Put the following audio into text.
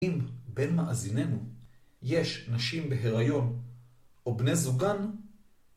אם בין מאזיננו יש נשים בהיריון, או בני זוגן,